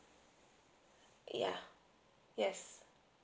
ya yes